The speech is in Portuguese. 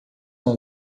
uma